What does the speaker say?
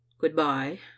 Goodbye